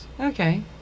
Okay